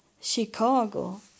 Chicago